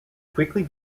quickly